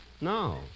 No